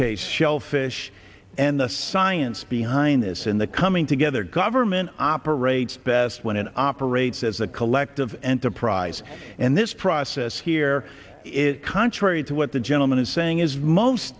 case shellfish the science behind this in the coming together government operates best when it operates as a collective enterprise and this process here is contrary to what the gentleman is saying is most